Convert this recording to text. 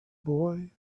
boy